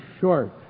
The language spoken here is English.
short